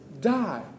die